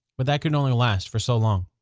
but that could only last for so long.